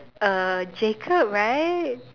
uh Jacob right